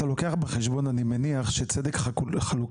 אני מניח שאתה לוקח בחשבון שצדק חלוקתי